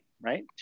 right